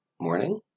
morning